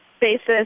basis